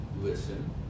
listen